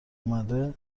آمده